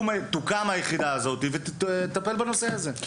שהיחידה הזו תוקם ותטפל בנושא הזה.